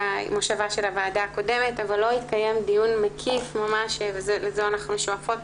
מושבה של הוועדה הקודמת אבל לא התקיים דיון מקיף ממש ולזה אנחנו שואפות,